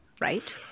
right